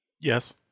Yes